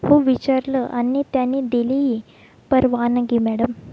हो विचारलं आणि त्यांनी दिलीही परवानगी मॅडम